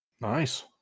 Nice